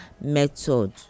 method